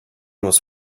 was